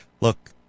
Look